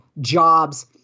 jobs